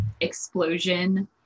explosion